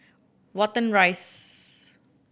Watten Rise